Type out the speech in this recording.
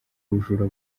bujura